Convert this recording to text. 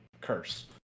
curse